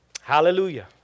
Hallelujah